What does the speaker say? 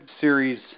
series